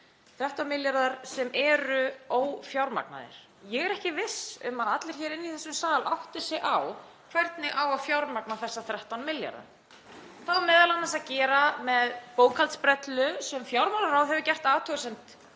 jól, 13 milljarðar sem eru ófjármagnaðir. Ég er ekki viss um að allir hér inni í þessum sal átti sig á hvernig á að fjármagna þessa 13 milljarða. Það á annars vegar að gera með bókhaldsbrellum, sem fjármálaráð hefur gert athugasemd